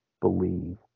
believe